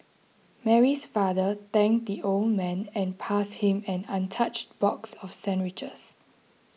Mary's father thanked the old man and passed him an untouched box of sandwiches